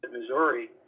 Missouri